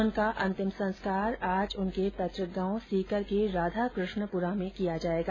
उनका अंतिम संस्कार आज उनके पैतुक गांव सीकर के राधाकृष्णपुरा में किया जायेगा